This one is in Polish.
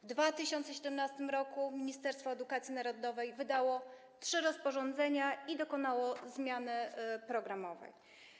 W 2017 r. Ministerstwo Edukacji Narodowej wydało trzy rozporządzenia i dokonało zmiany programowej.